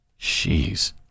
Jeez